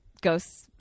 ghosts